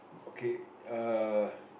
okay err